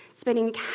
spending